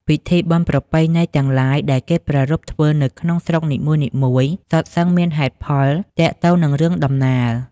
ពិធីបុណ្យប្រពៃណីទាំងឡាយ ដែលគេប្រារព្ធធ្វើនៅក្នុងស្រុកនីមួយៗ សុទ្ធសឹងមានហេតុផល ទាក់ទងនឹងរឿងដំណាល ។